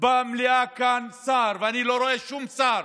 במליאה כאן שר, ואני לא רואה שום שר.